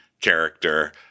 character